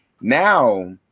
now